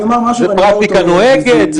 זאת פרקטיקה נוהגת?